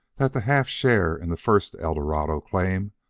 that the half share in the first eldorado claim,